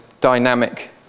dynamic